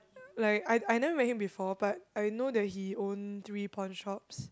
like I I never met him before but I know that he own three pawnshop